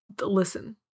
listen